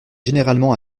généralement